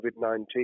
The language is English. COVID-19